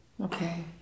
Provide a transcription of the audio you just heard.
Okay